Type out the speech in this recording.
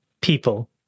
people